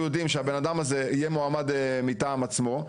יודעים שהבן אדם הזה יהיה מועמד מטעם עצמו.